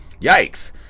yikes